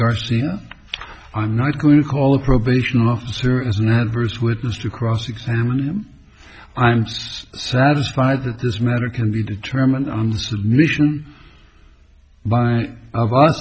garcia i'm not going to call a probation officer as an adverse witness to cross examine him i'm satisfied that this matter can be determined on submission by